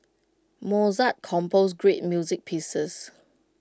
Mozart composed great music pieces